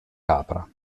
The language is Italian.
capra